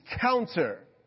counter